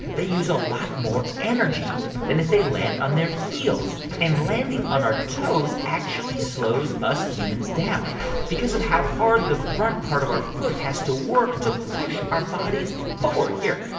they use a lot more energy than if they land on their heels. and landing on our toes actually slows us humans down because of how hard the front part of our foot has to work to push our bodies forward. here.